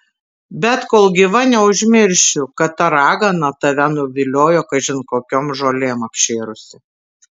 bet kol gyva neužmiršiu kad ta ragana tave nuviliojo kažin kokiom žolėm apšėrusi